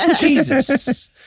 Jesus